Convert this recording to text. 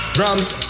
Drums